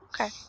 Okay